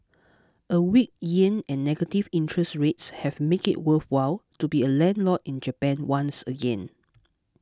a weak yen and negative interest rates have made it worthwhile to be a landlord in Japan once again